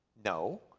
no.